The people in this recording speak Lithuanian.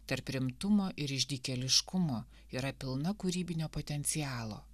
tarp rimtumo ir išdykėliškumo yra pilna kūrybinio potencialo